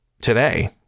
today